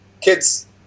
kids